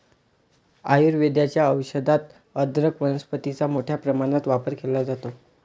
आयुर्वेदाच्या औषधात अदरक वनस्पतीचा मोठ्या प्रमाणात वापर केला जातो